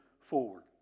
forward